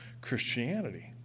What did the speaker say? Christianity